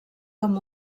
com